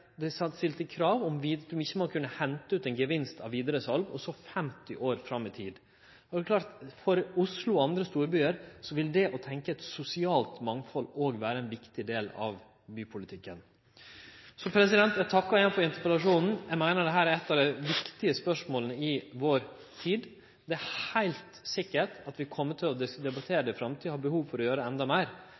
stilte krav om at ein ikkje kunne hente ut ein gevinst ved vidaresal – også 50 år fram i tid. Det er klart at for Oslo og andre storbyar vil det å tenkje sosialt mangfald òg vere ein viktig del av bypolitikken. Eg takkar igjen for interpellasjonen. Eg meiner dette er eit av dei viktige spørsmåla i vår tid. Det er heilt sikkert at vi kjem til å debattere dette i framtida – og vi vil ha behov for å gjere det endå meir.